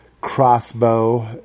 crossbow